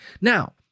Now